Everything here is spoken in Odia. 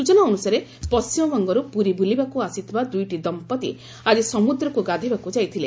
ସୂଚନା ଅନୁସାରେ ପଣ୍କିମବଙ୍ଗରୁ ପୁରୀ ବୁଲିବାକୁ ଆସିଥିବା ଦୁଇଟି ଦମ୍ମତି ଆଜି ସମୁଦ୍ରକୁ ଗାଧୋଇବାକୁ ଯାଇଥିଲେ